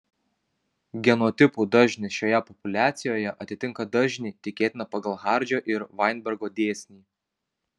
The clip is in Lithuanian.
genotipų dažnis šioje populiacijoje atitinka dažnį tikėtiną pagal hardžio ir vainbergo dėsnį